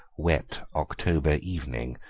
wet october evening,